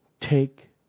Take